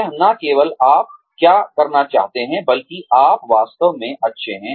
यह न केवल आप क्या करना चाहते हैं बल्कि आप वास्तव में अच्छे हैं